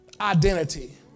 identity